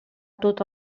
tota